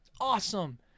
awesome